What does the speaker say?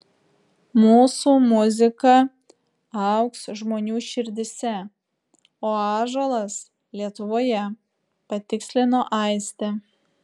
mūsų muzika augs žmonių širdyse o ąžuolas lietuvoje patikslino aistė